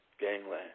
Gangland